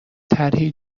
طرحی